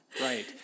right